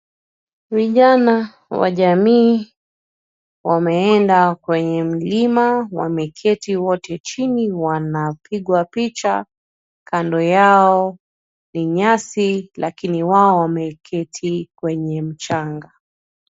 Vijana wa jamii wameenda kwenye mlima wameketi wote chini wanapigwa picha kado yao ni nyasi lakini wao wameketi kwenye mchanga.